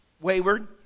wayward